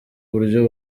buryo